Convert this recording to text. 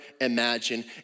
imagine